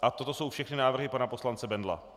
A toto jsou všechny návrhy pana poslance Bendla.